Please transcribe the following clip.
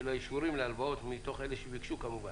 האישורים להלוואות מתוך אלה שביקשו כמובן,